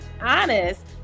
honest